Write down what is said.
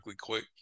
quick